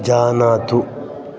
जानातु